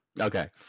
okay